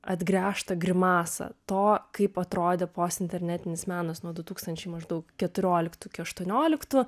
atgręžtą grimasą to kaip atrodė postinternetinis menas nuo du tūkstančiai maždaug keturioliktų iki aštuonioliktų